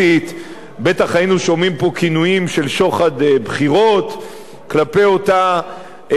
בטח היינו שומעים פה כינויים של שוחד בחירות כלפי אותה מדיניות.